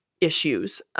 issues